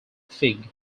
fig